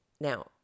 Now